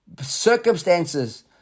circumstances